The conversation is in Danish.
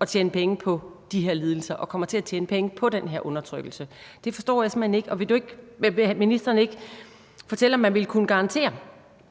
at tjene penge på de her lidelser og kommer til at tjene penge på den her undertrykkelse? Det forstår jeg simpelt hen ikke. Vil ministeren ikke fortælle, om man vil kunne garantere,